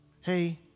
hey